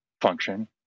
function